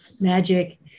magic